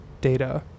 data